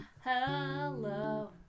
Hello